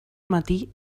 matí